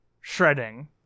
shredding